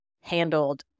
handled